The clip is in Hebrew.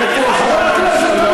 חבר הכנסת.